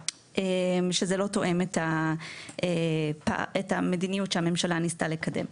שזה לא תואם את המדיניות שהממשלה ניסתה לקדם.